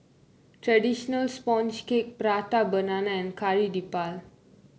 traditional sponge cake Prata Banana and Kari Debal